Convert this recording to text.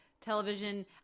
television